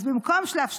אז במקום שלאף שטונדה,